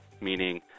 meaning